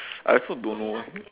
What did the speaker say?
I also don't know